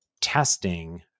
testing